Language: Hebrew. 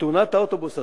תאונת האוטובוס,